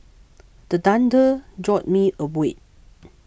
the thunder jolt me awake